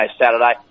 Saturday